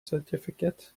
certificate